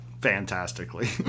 fantastically